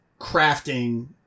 crafting